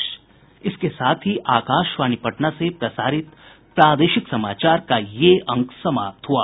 इसके साथ ही आकाशवाणी पटना से प्रसारित प्रादेशिक समाचार का ये अंक समाप्त हुआ